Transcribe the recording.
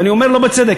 ואני אומר: לא בצדק.